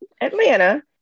Atlanta